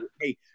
hey